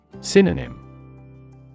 Synonym